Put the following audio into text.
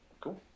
Cool